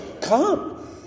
come